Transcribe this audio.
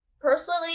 personally